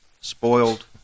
spoiled